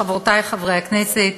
חברותי חברות הכנסת,